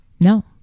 no